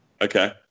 Okay